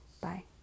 bye